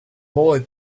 boy